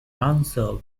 answer